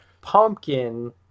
pumpkin